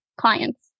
clients